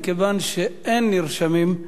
מכיוון שאין נרשמים,